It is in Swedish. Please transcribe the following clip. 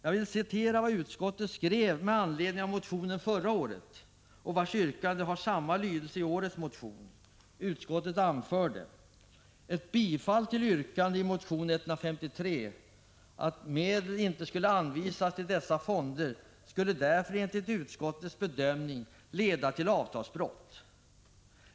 Jag vill citera vad utskottet skrev med anledning av motionen förra året. Yrkandet har samma lydelse i årets motion. Utskottet anförde: ”Ett bifall till yrkandet i motion 153 att medel inte skall anvisas för dessa fonder skulle därför enligt utskottets bedömning leda till avtalsbrott.